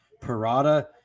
Parada